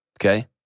Okay